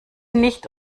nicht